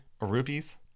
rupees